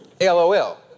LOL